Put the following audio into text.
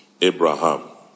Abraham